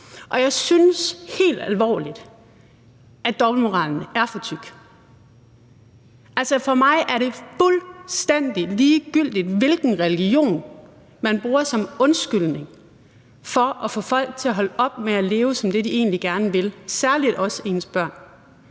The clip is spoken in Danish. Jeg synes helt alvorligt, at dobbeltmoralen er for tyk. For mig er det fuldstændig ligegyldigt, hvilken religion man bruger som undskyldning for at få folk til at holde op med at leve som det, de egentlig gerne vil, særlig også ens børn.